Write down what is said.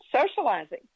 socializing